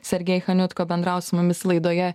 sergej chaniutko bendravo su mumis laidoje